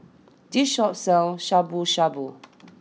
this Shop sells Shabu Shabu